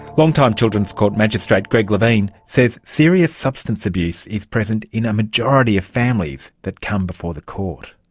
long-time children's court magistrate greg levine says serious substance abuse is present in a majority of families that come before the court.